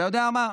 אתה יודע מה?